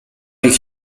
ich